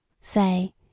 Say